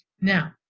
Now